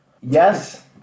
Yes